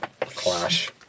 clash